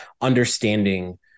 understanding